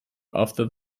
after